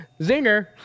Zinger